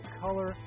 color